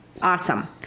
awesome